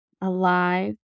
alive